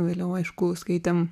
vėliau aišku skaitėm